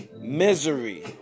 misery